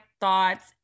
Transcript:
thoughts